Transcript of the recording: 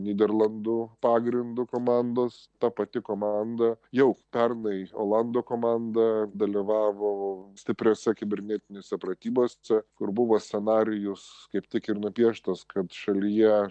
nyderlandų pagrindu komandos ta pati komanda jau pernai olandų komanda dalyvavo stipriose kibernetinėse pratybose kur buvo scenarijus kaip tik ir nupieštas kad šalyje